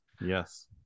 Yes